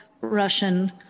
Russian